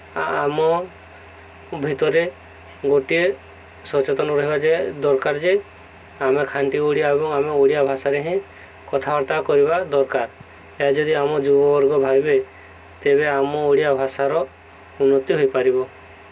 ଆମ ଭିତରେ ଗୋଟିଏ ସଚେତନ ରହିବା ଯେ ଦରକାର ଯେ ଆମେ ଖାଣ୍ଟି ଓଡ଼ିଆ ଏବଂ ଆମେ ଓଡ଼ିଆ ଭାଷାରେ ହିଁ କଥାବାର୍ତ୍ତା କରିବା ଦରକାର ଏହା ଯଦି ଆମ ଯୁବବର୍ଗ ଭାବିବେ ତେବେ ଆମ ଓଡ଼ିଆ ଭାଷାର ଉନ୍ନତି ହୋଇପାରିବ